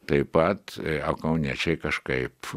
taip pat kauniečiai kažkaip